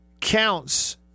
counts